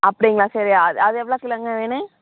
அப்படிங்ளா சரி அது அது எவ்வளோ கிலோங்க வேணும்